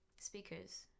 Speakers